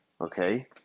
Okay